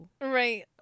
right